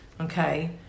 okay